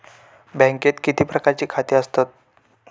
बँकेत किती प्रकारची खाती असतत?